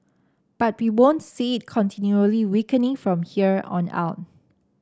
but we won't see it continually weakening from here on out